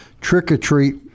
trick-or-treat